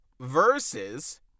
versus